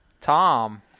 Tom